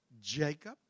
Jacob